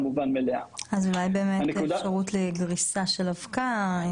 בין אם זה חווה ובין אם זה מפעלים,